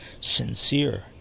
sincere